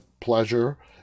pleasure